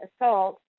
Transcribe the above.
assault